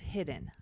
Hidden